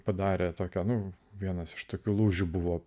padarę tokią nu vienas iš tokių lūžių buvo